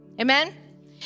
Amen